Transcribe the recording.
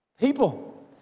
People